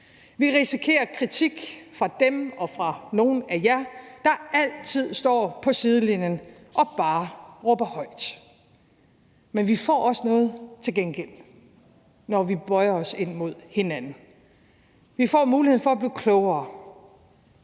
vi risikerer kritik fra dem og fra nogle af jer, der altid står på sidelinjen og bare råber højt. Men vi får også noget til gengæld, når vi bøjer os ind mod hinanden. Vi får muligheden for at blive klogere